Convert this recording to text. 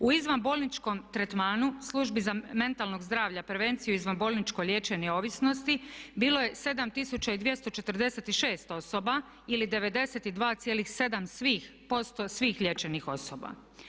U izvan bolničkom tretmanu, službi za mentalno zdravlje, prevenciju za izvanbolničko liječenje ovisnosti bilo je 7246 osoba ili 92,7% svih liječenih osoba.